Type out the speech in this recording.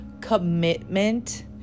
commitment